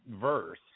verse